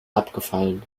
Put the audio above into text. abgefallen